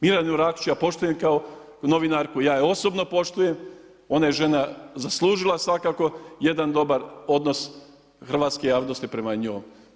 Mirjanu Rakić ja poštujem kao novinarku ja je osobno poštujem, ona je žena zaslužila svakako jedan dobar odnos hrvatske javnosti prema njoj.